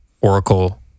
Oracle